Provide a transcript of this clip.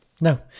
no